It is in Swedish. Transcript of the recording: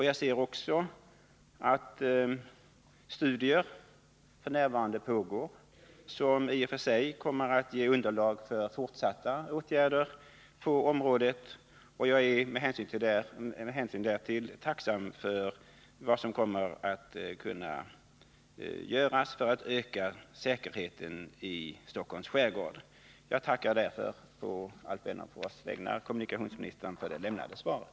Jag ser också att studier f. n. pågår som i och för sig kommer att ge underlag för fortsatta åtgärder på området. Jag är med hänsyn därtill tacksam för vad som kommer att kunna göras för att öka säkerheten i Stockholms skärgård. Jag tackar därför på Alf Wennerfors vägnar kommunikationsministern för det lämnade svaret.